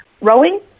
Rowing